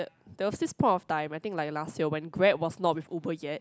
there was this point of time I think like last year when Grab was not with Uber yet